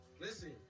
listen